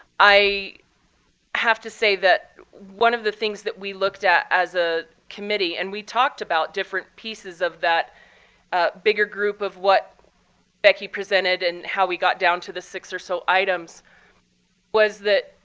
i have to say that one of the things that we looked at as a committee and we talked about different pieces of that ah bigger group of what becky presented and how we got down to the six or so items was that,